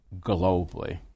globally